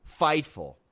fightful